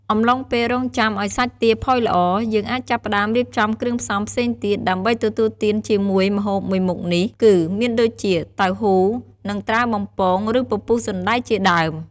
អំឡុងពេលរង់ចាំឱ្យសាច់ទាផុយល្អ យើងអាចចាប់ផ្ដើម រៀបចំគ្រឿងផ្សំផ្សេងទៀត ដើម្បីទទួលទានជាមួយម្ហូបមួយមុខនេះគឺ មានដូចជា តៅហ៊ូ និង ត្រាវបំពង ឬ ពពុះសណ្ដែកជាដើម។